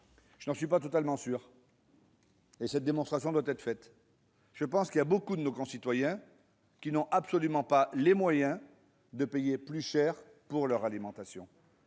Je n'en suis pas totalement sûr, et la démonstration doit en être faite. Je pense au contraire que nombre de nos concitoyens n'ont absolument pas les moyens de payer plus cher leur alimentation.